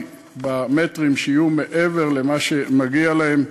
על המטרים שיהיו מעבר למה שמגיע להם,